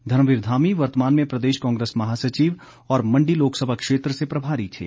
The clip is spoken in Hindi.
धर्मवीर धामी वर्तमान में प्रदेश कांग्रेस महासचिव और मंडी लोकसभा क्षेत्र से प्रभारी थे